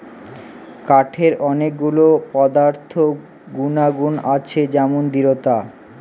কাঠের অনেক গুলো পদার্থ গুনাগুন আছে যেমন দৃঢ়তা